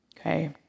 okay